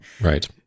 Right